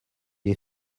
est